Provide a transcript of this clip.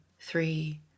three